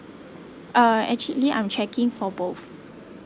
uh actually I'm checking for both